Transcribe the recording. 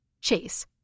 Chase